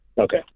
Okay